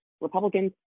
Republicans